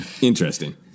Interesting